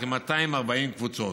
כ-240 קבוצות,